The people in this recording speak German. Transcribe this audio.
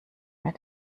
mehr